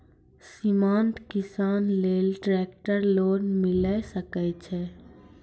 सीमांत किसान लेल ट्रेक्टर लोन मिलै सकय छै?